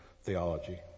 theology